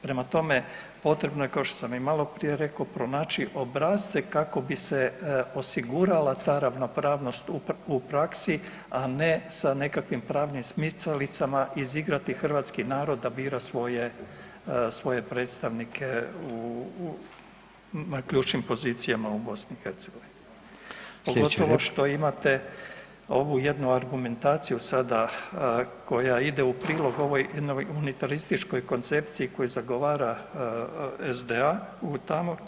Prema tome, potrebno je kao što sam i malo prije rekao pronaći obrasce kako bi se osigurala ta ravnopravnost u praksi, a ne sa nekakvim pravnim smicalicama izigrati Hrvatski narod da bira svoje predstavnike u ključnim pozicijama u Bosni i Hercegovini pogotovo što imate ovu jednu argumentaciju sada koja ide u prilog ovoj jednoj unitarističkoj koncepciji koju zagovara SDA tamo.